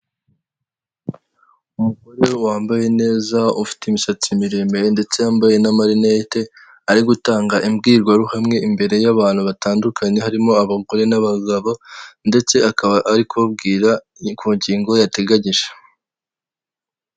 Umuhanda w'umukara harimo ibinyabiziga bitandukanye, harimo imodoka ifite ibara ry'umweru, indi modoka ifite ibara ry'ubururu n'umukara, yanditseho amagambo mu ibara ry'umutuku n'umweru, harimo kugenda amapikipiki ahetse abantu, asa umutuku n'umweru.